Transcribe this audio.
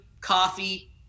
coffee